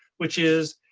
which is,